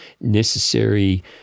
necessary